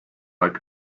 like